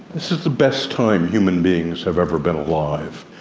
this is the best time human beings have ever been alive.